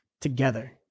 together